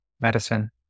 medicine